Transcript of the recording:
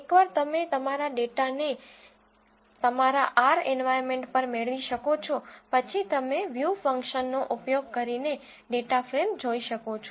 એકવાર તમે તમારા ડેટાને તમારા R એન્વાયરમેન્ટ પર મેળવી શકો છો પછી તમે વ્યૂ ફંક્શનનો ઉપયોગ કરીને ડેટા ફ્રેમ જોઈ શકો છો